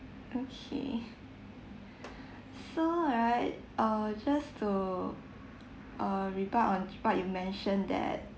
okay so right err just to err rebut on what you mentioned that